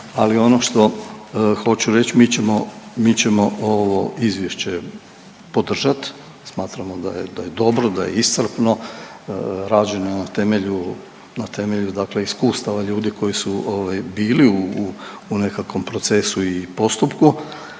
ali ono što hoću reći mi ćemo, mi ćemo ovo izvješće podržati. Smatramo da je dobro, da je iscrpno, rađeno je na temelju, na temelju dakle iskustava ljudi koji su ovaj bili u nekakvom procesu i postupku.